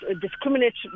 discrimination